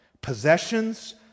possessions